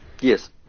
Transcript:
Yes